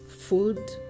food